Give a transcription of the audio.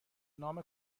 نام